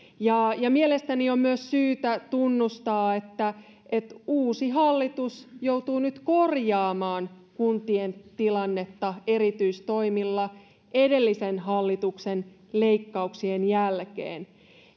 ja ja mielestäni on myös syytä tunnustaa että että uusi hallitus joutuu nyt korjaamaan kuntien tilannetta erityistoimilla edellisen hallituksen leikkauksien jälkeen